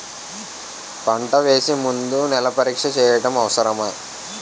పంట వేసే ముందు నేల పరీక్ష చేయటం అవసరమా?